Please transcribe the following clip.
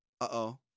Uh-oh